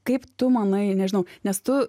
kaip tu manai nežinau nes tu